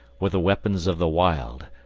with the weapons of the wild,